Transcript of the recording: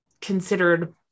considered